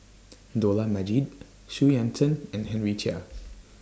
Dollah Majid Xu Yuan Zhen and Henry Chia